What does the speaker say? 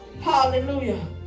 hallelujah